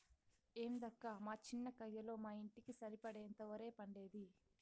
ఏందక్కా మా చిన్న కయ్యలో మా ఇంటికి సరిపడేంత ఒరే పండేది